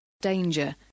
Danger